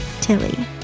Tilly